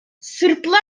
sırplar